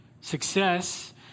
Success